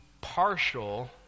partial